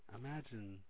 imagine